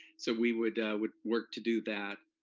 so we would would work to do that,